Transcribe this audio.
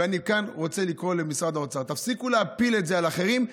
ואני כאן רוצה לקרוא למשרד האוצר: תפסיקו להפיל את זה על אחרים.